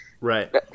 Right